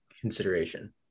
consideration